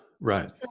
Right